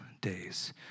days